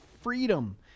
freedom